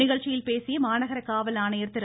நிகழ்ச்சியில் பேசிய மாநகர காவல் ஆணையர் திரு